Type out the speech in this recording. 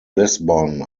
lisbon